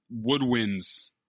woodwinds